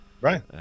Right